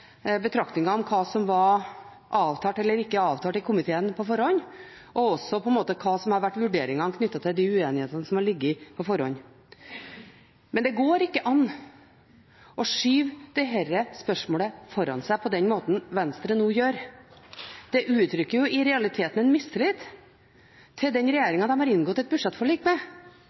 betraktninger om hva som var avtalt eller ikke avtalt i komiteen på forhånd, og også hva som har vært vurderingene knyttet til de uenighetene som har ligget på forhånd. Men det går ikke an å skyve dette spørsmålet foran seg på den måten Venstre nå gjør. Det uttrykker i realiteten en mistillit til den regjeringen de har inngått et budsjettforlik med